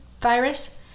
virus